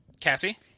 Cassie